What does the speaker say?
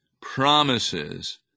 promises